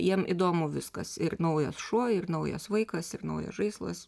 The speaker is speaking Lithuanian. jiem įdomu viskas ir naujas šuo ir naujas vaikas ir naujas žaislas